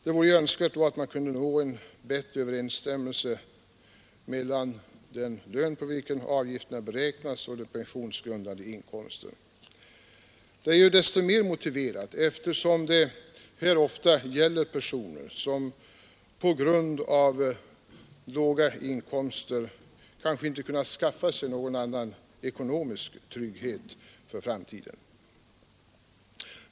Det vore då önskvärt att man kunde nå en bättre överensstämmelse mellan den lön på vilken avgifterna beräknas och den pensionsgrundande inkomsten. Det är desto mer motiverat eftersom det ofta gäller personer som på grund av låga inkomster kanske inte har kunnat skaffa sig någon annan ekonomisk trygghet för framtiden.